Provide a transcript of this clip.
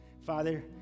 Father